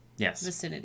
Yes